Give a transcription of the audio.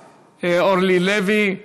(תיקון, הגנה מפני עיקולים בחשבון הבנק),